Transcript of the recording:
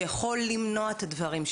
שיכול למנוע את הדברים,